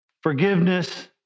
forgiveness